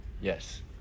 Yes